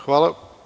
Hvala.